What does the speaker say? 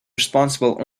responsible